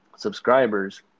subscribers